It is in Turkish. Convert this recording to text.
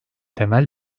temel